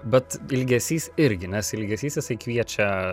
bet ilgesys irgi nes ilgesys jisai kviečia